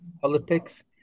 politics